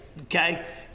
okay